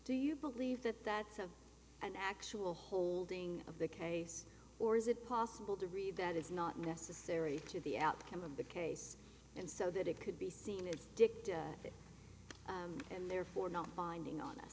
do you believe that that's an actual holding of the case or is it possible to read that is not necessary to the outcome of the case and so that it could be seen as dick and therefore not binding o